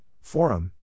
Forum